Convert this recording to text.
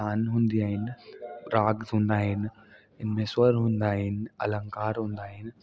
तान हूंदियूं आहिनि राग हूंदा आहिनि इनमें स्वर हूंदा आहिनि अलंकार हूंदा आहिनि